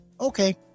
Okay